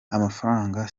amafaranga